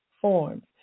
forms